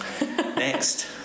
next